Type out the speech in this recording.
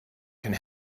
can